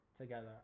together